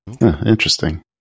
Interesting